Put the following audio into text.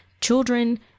Children